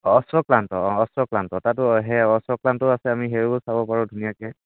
অশ্বক্লান্ত অঁ অশ্বক্লান্ত তাতো সেই অশ্বক্লান্ত আছে আমি সেইয়াও চাব পাৰোঁ ধুনীয়াকৈ